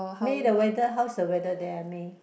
May the weather how is the weather there May